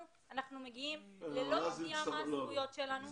אנחנו מגיעים בלי לדעת מה הזכויות שלנו.